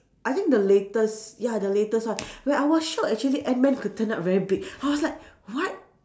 I think the latest ya the latest one when I was shocked actually ant man could turn up very big I was like what